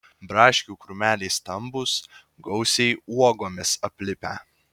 braškių krūmeliai stambūs gausiai uogomis aplipę